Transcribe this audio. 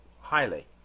highly